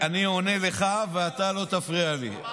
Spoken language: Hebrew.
אני עונה לך, ואתה לא תפריע לי.